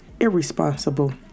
irresponsible